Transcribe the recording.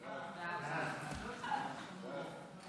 ההצעה להעביר את